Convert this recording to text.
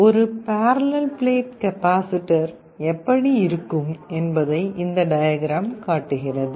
ஒரு parallel plate capacitor எப்படி இருக்கும் என்பதை இந்த டயக்ராம் காட்டுகிறது